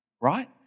right